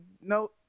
no